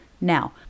now